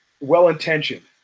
well-intentioned